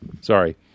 Sorry